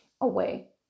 away